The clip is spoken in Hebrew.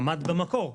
עמד במקור.